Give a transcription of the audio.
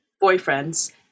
boyfriend's